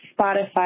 Spotify